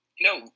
No